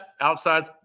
outside